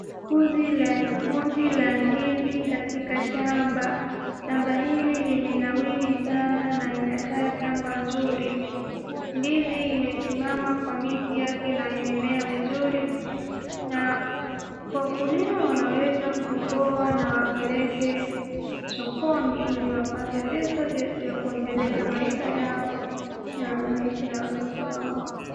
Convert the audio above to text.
Gunzi la ndizi katika shamba, shamba hili limenawiri sana na linakaa shamba nzuri, ndizi imesimama kwa miti yake na imemema vizuri na wakulima wanaweza kung'oa na wapeleke sokoni, ili wapate pesa ya kuendelesha maisha yao na maisha ya watoto wao.